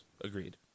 agreed